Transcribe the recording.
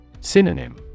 Synonym